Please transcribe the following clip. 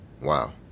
Wow